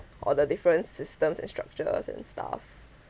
or the different systems and structures and stuff